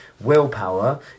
willpower